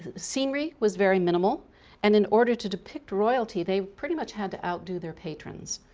scenery was very minimal and in order to depict royalty they pretty much had to outdo their patrons.